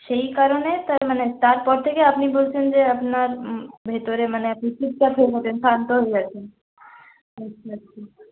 সেই কারণে তার মানে তারপর থেকে আপনি বলছেন যে আপনার ভেতরে মানে আপনি চুপচাপ হয়ে আছেন শান্ত হয়ে আছেন আচ্ছা আচ্ছা